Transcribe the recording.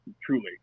truly